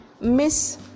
miss